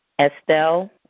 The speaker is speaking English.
Estelle